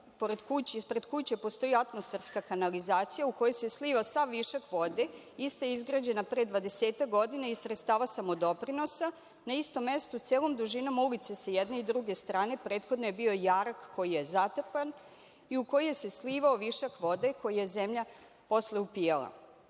ispred kuće postoji atmosferska kanalizacija u kojoj se sliva sav višak vode i isto je izgrađeno pre dvadesetak godina iz sredstava samodoprinosa, na istom mestu celom dužinom ulice sa jedne i druge strane prethodno je bio jarak koji je zatrpan i u koji se slivao višak vode koji je zemlja posle upijala.